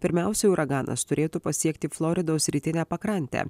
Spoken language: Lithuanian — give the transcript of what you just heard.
pirmiausiai uraganas turėtų pasiekti floridos rytinę pakrantę